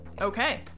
Okay